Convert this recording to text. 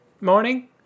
morning